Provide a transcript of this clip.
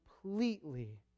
completely